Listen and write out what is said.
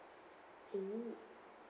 mm